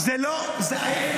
זה קם ונופל.